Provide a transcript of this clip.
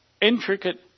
intricate